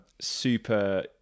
super